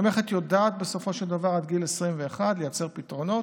המערכת יודעת בסופו של דבר עד גיל 21 ליצור פתרונות.